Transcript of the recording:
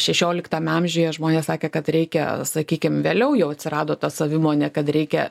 šešioliktame amžiuje žmonės sakė kad reikia sakykim vėliau jau atsirado ta savimonė kad reikia